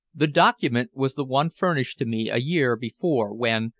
the document was the one furnished to me a year before when,